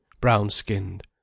brown-skinned